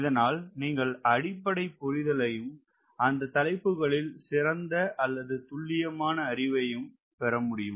இதனால் நீங்கள் அடிப்படை புரிதலையும் அந்த தலைப்புகளில் சிறந்த அல்லது துல்லியமான அறிவையும் பெற முடியும்